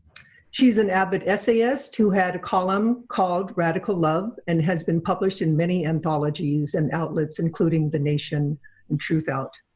she's an avid essayist who had a column called radical love and has been published in many anthologies and outlets including the nation and truthout.